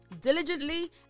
diligently